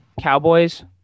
Cowboys